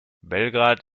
belgrad